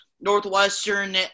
Northwestern